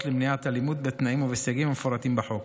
למניעת אלימות בתנאים ובסייגים המפורטים בחוק.